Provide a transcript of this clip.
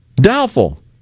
Doubtful